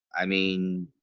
i mean